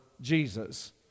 Jesus